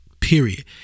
period